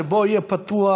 שיהיה פתוח,